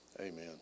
Amen